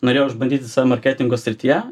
norėjau išbandyti save marketingo srityje